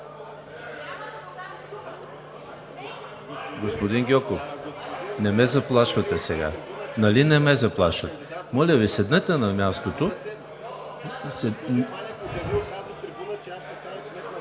Господин Гьоков не ме заплашвайте сега. Нали не ме заплашвате? Моля Ви, седнете на мястото